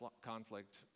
conflict